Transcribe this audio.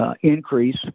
increase